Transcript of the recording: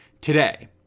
Today